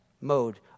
mode